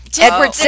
Edward